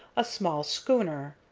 a small schooner.